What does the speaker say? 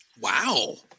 Wow